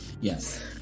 Yes